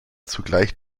zugleich